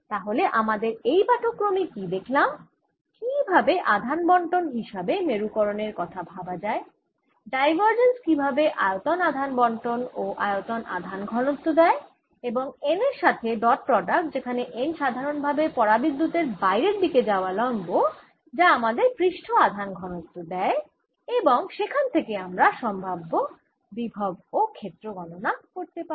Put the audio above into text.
তাহলে আমরা আমাদের এই পাঠক্রমে কি দেখলাম কীভাবে আধান বন্টন হিসাবে মেরুকরণের কথা ভাবা যায় ডাইভারজেন্স আমাদের কীভাবে আয়তন আধান বন্টন ও আয়তন আধান ঘনত্ব দেয়এবং n এর সাথে ডট প্রোডাক্ট যেখানে n সাধারণভাবে পরাবিদ্যুতের বাইরের দিকে যাওয়া লম্ব যা আমাদের পৃষ্ঠ আধান ঘনত্ব দেয় এবং সেখান থেকে আমরা সম্ভাব্য বিভব এবং ক্ষেত্র গণনা করতে পারি